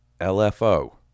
lfo